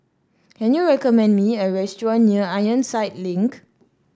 can you recommend me a restaurant near Ironside Link